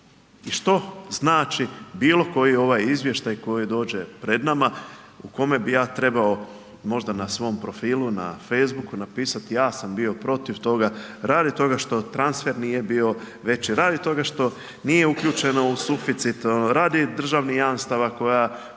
I što znači bilo koji ovaj izvještaj koji dođe pred nama u kome bi ja trebao možda na svom profilu, na facebooku napisati ja sam bio protiv toga radi toga što transfer nije bio veći, radi toga što nije uključeno u suficit, radi državnih jamstava koja